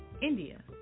India